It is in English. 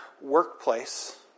workplace